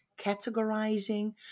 categorizing